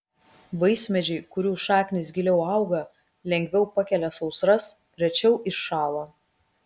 vaismedžiai kurių šaknys giliau auga lengviau pakelia sausras rečiau iššąla